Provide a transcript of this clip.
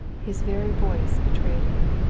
his very voice betrayed him.